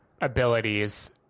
abilities